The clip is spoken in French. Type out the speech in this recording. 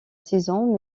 saison